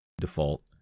default